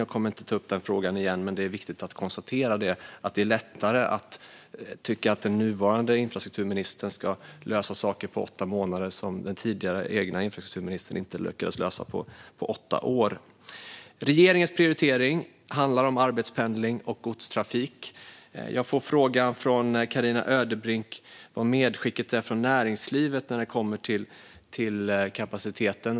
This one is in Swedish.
Jag kommer inte att ta upp den frågan igen, men för Socialdemokraterna är det lätt att tycka att den nuvarande infrastrukturministern ska lösa saker på åtta månader som den tidigare egna infrastrukturministern inte lyckades lösa på åtta år. Regeringens prioritering handlar om arbetspendling och godstrafik. Jag fick frågan från Carina Ödebrink vad medskicket är från näringslivet när det gäller kapaciteten.